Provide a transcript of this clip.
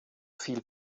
viel